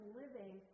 living